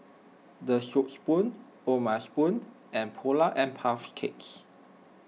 the Soup Spoon O'ma Spoon and Polar and Puff Cakes